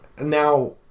Now